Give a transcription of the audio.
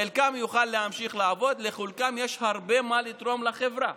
חלקם יוכלו להמשיך לעבוד ולחלקם יש הרבה מה לתרום לחברה.